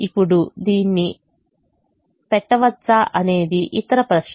ఇప్పుడు దీన్ని పెట్టవచ్చా అనేది ఇతర ప్రశ్న